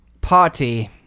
Party